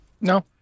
No